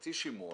לחצי שימוע,